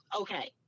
okay